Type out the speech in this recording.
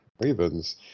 Ravens